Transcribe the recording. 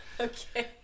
Okay